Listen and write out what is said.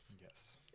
Yes